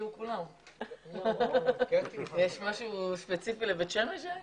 מקומי וגם סגן יושב-ראש השלטון המקומי,